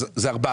אז זה 400